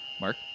Mark